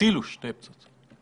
שהטילו שתי פצצות.